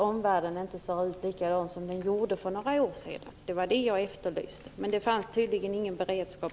Omvärlden ser ju inte ut som den gjorde för några år sedan. Där efterlyste jag ett svar, men tydligen fanns det inte någon sådan beredskap.